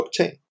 blockchain